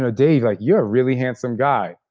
ah dave, like you're a really handsome guy.